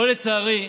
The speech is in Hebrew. פה, לצערי,